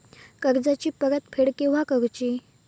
कर्जाची परत फेड केव्हा करुची?